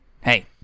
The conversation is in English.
Hey